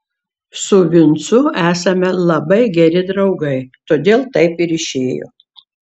su vincu esame labai geri draugai todėl taip ir išėjo